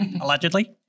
allegedly